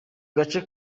gace